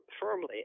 firmly